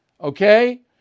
Okay